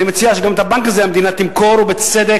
אני מציע שגם את הבנק הזה המדינה תמכור, ובצדק.